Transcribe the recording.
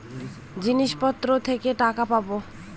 জিনিসপত্র থেকে টাকা পাবো